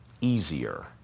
easier